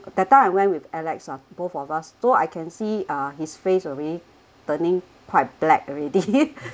that time I went with alex ah both of us so I can see uh his face already turning quite black already